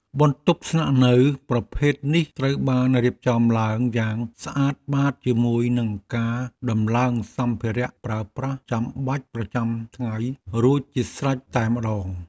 បន្ទប់ស្នាក់នៅប្រភេទនេះត្រូវបានរៀបចំឡើងយ៉ាងស្អាតបាតជាមួយនឹងការដំឡើងសម្ភារៈប្រើប្រាស់ចាំបាច់ប្រចាំថ្ងៃរួចជាស្រេចតែម្ដង។